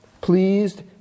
pleased